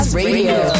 radio